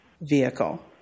vehicle